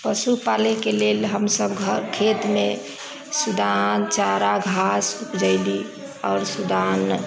पशु पालय के लेल हमसब घर खेतमे सुदान चारा घास उपजैली आओर सुदान